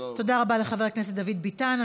תודה רבה לחבר הכנסת דוד ביטן.